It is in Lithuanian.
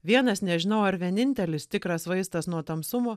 vienas nežinau ar vienintelis tikras vaistas nuo tamsumo